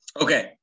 okay